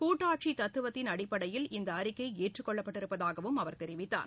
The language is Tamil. கூட்டாட்சி தத்துவத்தின் அடிப்படையில் இந்த அறிக்கை ஏற்றுக் கொள்ளப்பட்டிருப்பதாகவும் அவர் தெரிவித்தார்